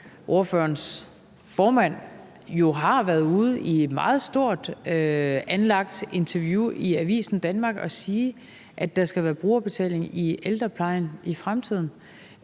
ordførerens formand, i et meget stort anlagt interview i Avisen Danmark har været ude at sige, at der skal være brugerbetaling i ældreplejen i fremtiden.